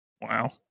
wow